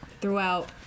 throughout